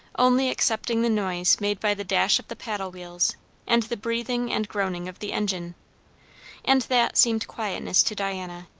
only excepting the noise made by the dash of the paddle-wheels and the breathing and groaning of the engine and that seemed quietness to diana,